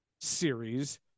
series